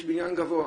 יש בניין גבוה,